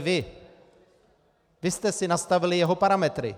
Vy jste si nastavili jeho parametry.